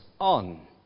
on